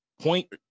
point